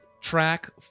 track